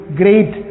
great